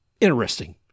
interesting